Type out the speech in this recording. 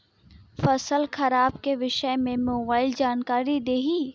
फसल खराब के विषय में मोबाइल जानकारी देही